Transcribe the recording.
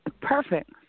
Perfect